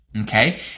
okay